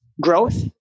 growth